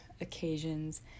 occasions